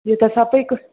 यो त सबैको